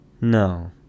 No